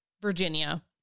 Virginia